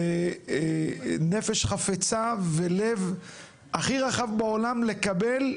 בנפש חפצה ולב הכי רחב בעולם לקבל,